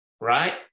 right